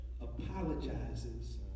apologizes